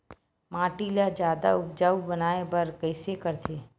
माटी ला जादा उपजाऊ बनाय बर कइसे करथे?